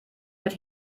but